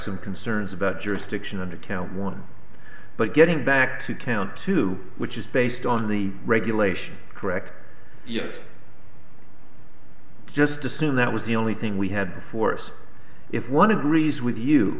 some concerns about jurisdiction under count one but getting back to count two which is based on the regulation correct yes just assume that was the only thing we had before us if one agrees with you